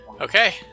Okay